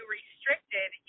restricted